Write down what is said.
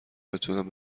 بتونم